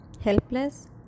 helpless